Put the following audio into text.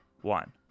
one